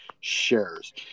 shares